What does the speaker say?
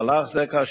שכבות ג', ד', ה'